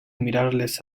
mirarles